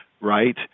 right